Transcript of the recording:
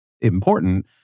important